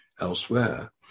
elsewhere